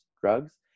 drugs